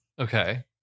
Okay